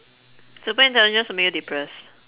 super intelligence would make you depressed